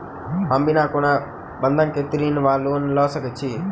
हम बिना कोनो बंधक केँ ऋण वा लोन लऽ सकै छी?